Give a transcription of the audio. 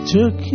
Took